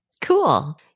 Cool